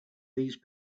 these